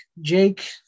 Jake